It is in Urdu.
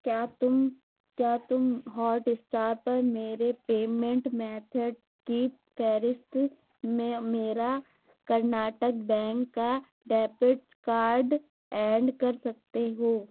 کیا تم کیا تم ہاٹ اسٹار پر میرے پیمینٹ میتھڈز کی فہرست میں میرا کرناٹک بینک کا ڈیپٹز کارڈ اینڈ کر سکتے ہو